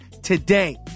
Today